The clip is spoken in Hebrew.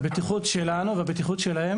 הבטיחות שלנו והבטיחות שלהם